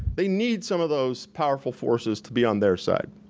they need some of those powerful forces to be on their side.